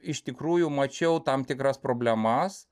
iš tikrųjų mačiau tam tikras problemas